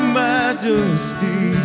majesty